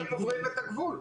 אתם עוברים את הגבול.